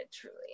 Truly